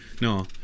No